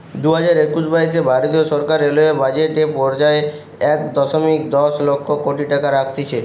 দুইহাজার একুশ বাইশে ভারতীয় সরকার রেলওয়ে বাজেট এ পর্যায়ে এক দশমিক দশ লক্ষ কোটি টাকা রাখতিছে